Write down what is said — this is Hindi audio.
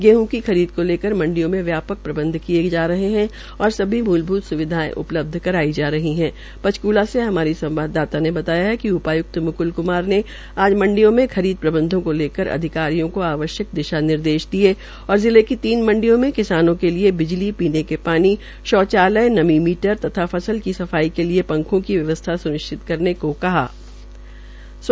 गेहं की खरीद को लेकर मंडियों में व्यापक प्रबंध किये जा रहे है और पंचकृला से हमारी संवाददाता ने बताया कि उपायुक्त मुकुल कुमार ने आज मंडियों में खरीद प्रबंधों को लेकर अधिकारियों आवश्यक दिशा निदेश दिये और जिले की तीन मंडियों में किसानों के लिए बिजली पीने का पानी शौचालय नमी मीटर तथा फसल तथा फसल की सफाई के लिए पंखों की व्यवस्था स्निश्चित करने के निर्देश दिये